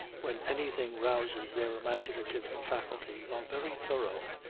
when anything rouses their imaginative faculty, are very thorough.